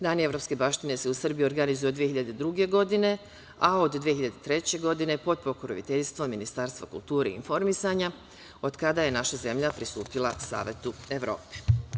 Dani evropske baštine“ se u Srbiji organizuju od 2002. godine, a od 2003. godine pod pokroviteljstvom Ministarstva kulture i informisanja, od kada je naša zemlja pristupila Savetu Evrope.